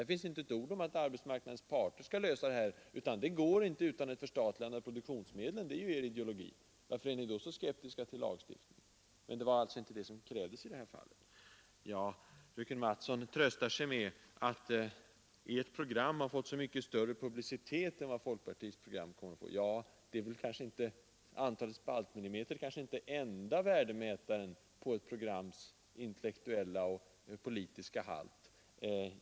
Där finns inte ett ord om att arbetsmarknadens parter skall lösa dessa frågor. Det går inte utan ett förstatligande av produktionsmedlen — det är ju er ideologi. Varför är ni då så skeptiska mot lagstiftning? Men det var alltså inte det som krävdes i reservationen. Fröken Mattson tröstar sig med att det socialdemokratiska kvinnoprogrammet har fått så mycket större publicitet än folkpartiets program kommer att få. Ja, antalet spaltmillimeter är kanske inte den enda värdemätaren på ett programs intellektuella och politiska halt.